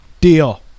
Deal